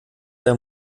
der